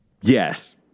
Yes